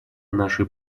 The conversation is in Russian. нашей